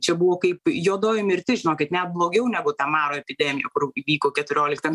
čia buvo kaip juodoji mirtis žinokit ne blogiau negu ta maro epidemija kur įvyko keturioliktam